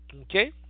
Okay